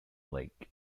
lake